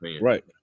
Right